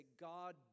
God